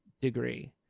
degree